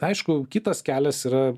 aišku kitas kelias yra